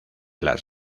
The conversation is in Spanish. las